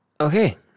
Okay